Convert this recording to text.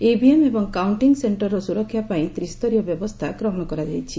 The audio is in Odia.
ଇଭିଏମ୍ ଏବଂ କାଉଣ୍ଟିଂ ସେଣ୍ଟରର ସୁରକ୍ଷା ପାଇଁ ତ୍ରିସ୍ତରୀୟ ବ୍ୟବସ୍ଥା ଗ୍ରହଣ କରାଯାଇଛି